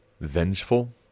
vengeful